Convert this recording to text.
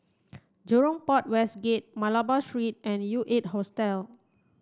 Jurong Port West Gate Malabar Street and U eight Hostel